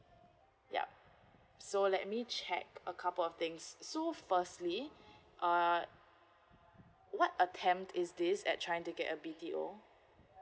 yup so let me check a couple of things so firstly uh what attempt is this at trying to get a B_T_O